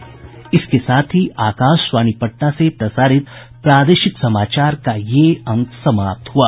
इसके साथ ही आकाशवाणी पटना से प्रसारित प्रादेशिक समाचार का ये अंक समाप्त हुआ